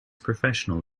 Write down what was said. professional